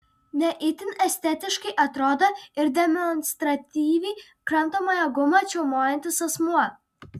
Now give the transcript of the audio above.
ne itin estetiškai atrodo ir demonstratyviai kramtomąją gumą čiaumojantis asmuo